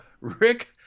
Rick